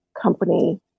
company